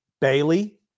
Bailey